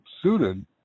suited